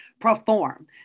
perform